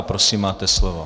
Prosím, máte slovo.